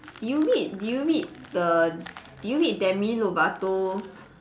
do you read do you read the do you read Demi Lovato